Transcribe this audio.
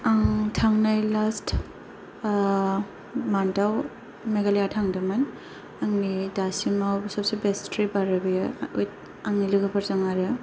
आं थांनाय लास्ट आ मान्थाव मेघालया थांदोंमोन आंनि दासिमाव सोबसे बेस्ट ट्रिप आरो बियो आंनि लोगोफोरजों आरो